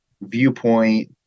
viewpoint